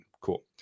Cool